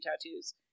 tattoos